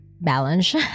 balance